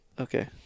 okay